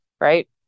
Right